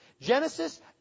Genesis